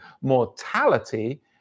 mortality